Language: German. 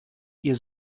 ihr